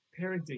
parenting